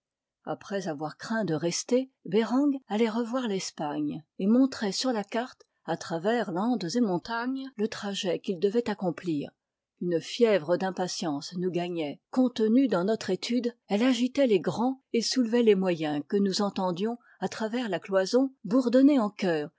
après avoir craint de rester bereng allait revoir l'espagne et montrait sur la carte à travers landes et montagnes le trajet qu'il devait accomplir une fièvre d'impatience nous gagnait contenue dans notre étude elle agitait les grands et soulevait les moyens que nous entendions à travers la cloison bourdonner en chœur